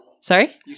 sorry